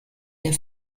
der